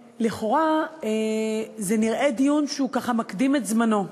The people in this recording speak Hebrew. לכאורה, זה נראה דיון שהוא ככה מקדים את זמנו,